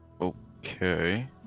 Okay